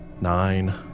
nine